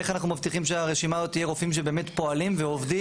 איך אנחנו מבטיחים שהרשימה הזאת תהיה רופאים שבאמת פועלים ועובדים.